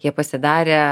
jie pasidarė